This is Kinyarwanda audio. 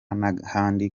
n’ahandi